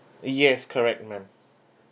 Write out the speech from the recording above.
yes correct ma'am